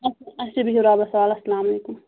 اَچھ اَچھا بِہِو رۄبَس حَوالہٕ السلام علیکُم